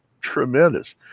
tremendous